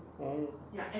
oh